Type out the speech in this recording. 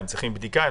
הם צריכים בדיקה?